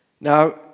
Now